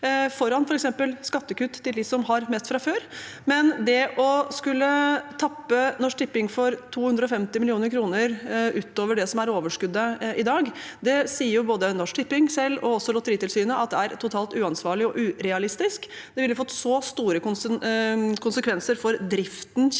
f.eks. skattekutt til dem som har mest fra før. Men det å skulle tappe Norsk Tipping for 250 mill. kr utover det som er overskuddet i dag, sier jo både Norsk Tipping selv og også Lotteritilsynet at er totalt uansvarlig og urealistisk. Det ville fått så store konsekvenser for kjernedriften